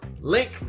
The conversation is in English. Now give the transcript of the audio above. Link